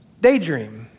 Daydream